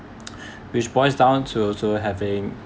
which boils down to also having